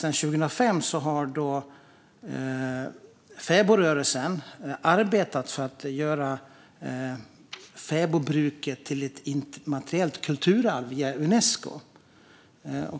Sedan 2005 har fäbodrörelsen arbetat för att göra fäbodbruket till ett immateriellt kulturarv via Unesco.